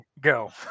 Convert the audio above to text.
go